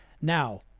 Now